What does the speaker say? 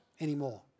anymore